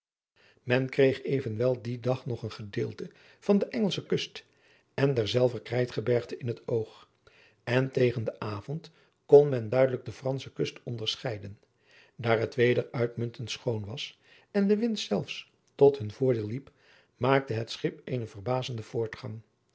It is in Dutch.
men kreeg evenwel dien dag nog een gedeelte van de engelsche kust en derzelver krijtgebergte in het oog en tegen den avond kon men duidelijk de fransche kust onderscheiden daar het weder uitmuntend schoon was en de wind zelfs tot hun voordeel liep maakte het schip eenen verbazenden voortgang